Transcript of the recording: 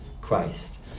Christ